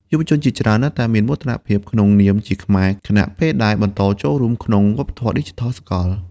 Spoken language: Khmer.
យុវជនជាច្រើននៅតែមានមោទនភាពក្នុងនាមជាខ្មែរ ខណៈពេលដែលបន្តចូលរួមក្នុងវប្បធម៌ឌីជីថលសកល។